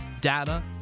data